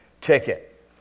ticket